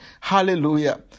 Hallelujah